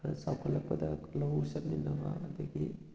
ꯈꯔ ꯆꯥꯎꯈꯠꯂꯛꯄꯗ ꯂꯧ ꯆꯠꯃꯤꯟꯅꯕ ꯑꯗꯒꯤ